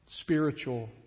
spiritual